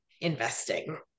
investing